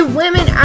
women